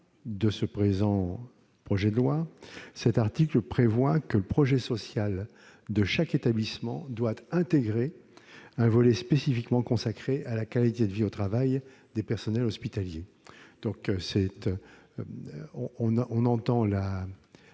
A du présent projet de loi prévoit que le projet social de chaque établissement doit intégrer un volet spécifiquement consacré à la qualité de vie au travail des personnels hospitaliers. J'attends